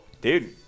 dude